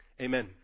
Amen